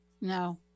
No